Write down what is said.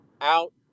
out